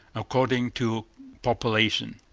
according to population.